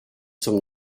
zum